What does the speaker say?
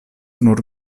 nur